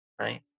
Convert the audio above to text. right